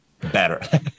better